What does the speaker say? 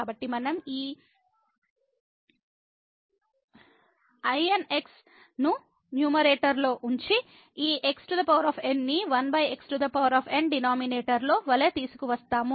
కాబట్టి మనం ఈ ln x ను న్యూమరేటర్లో ఉంచి ఈ xn ని 1xn డినామినేటర్ వలె తీసుకువస్తాము